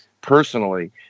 personally